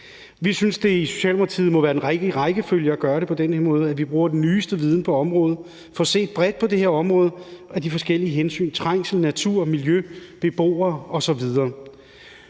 Vi synes i Socialdemokratiet, at det må være den rette rækkefølge at gøre det på den her måde, altså at vi bruger den nyeste viden på området og får set bredt på det her område ud fra de forskellige hensyn: trængsel, natur, miljø, beboere osv.